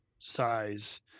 size